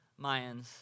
Mayans